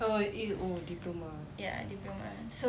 oh eh oh diploma